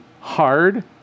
hard